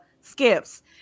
skips